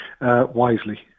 Wisely